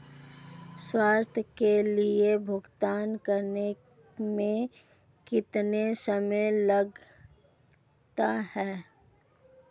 स्वयं के लिए भुगतान करने में कितना समय लगता है?